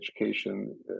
education